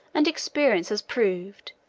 and experience has proved,